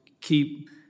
keep